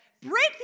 break